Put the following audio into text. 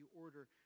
order